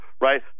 right